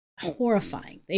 horrifying